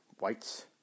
Whites